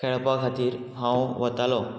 खेळपा खातीर हांव वतालों